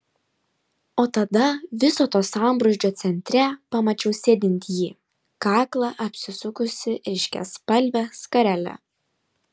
o tada viso to sambrūzdžio centre pamačiau sėdint jį kaklą apsisukusį ryškiaspalve skarele